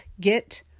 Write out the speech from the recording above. get